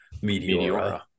Meteora